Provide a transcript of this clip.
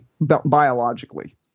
biologically